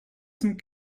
some